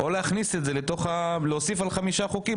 או להוסיף על חמישה חוקים,